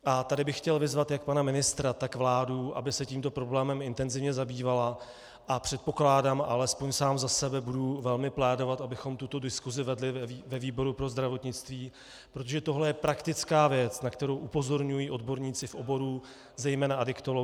A tady bych chtěl vyzvat jak pana ministra, tak vládu, aby se tímto problémem intenzivně zabývali, a předpokládám alespoň sám za sebe budu velmi plédovat, abychom tuto diskusi vedli ve výboru pro zdravotnictví, protože tohle je praktická věc, na kterou upozorňují odborníci v oboru, zejména adiktologové.